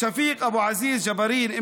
שפיק אבו עזיז ג'בארין,